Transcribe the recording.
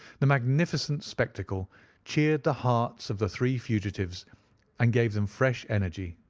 the magnificent spectacle cheered the hearts of the three fugitives and gave them fresh energy.